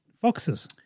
foxes